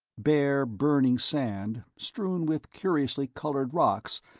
bare, burning sand, strewn with curiously colored rocks,